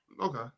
Okay